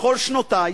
בכל שנותי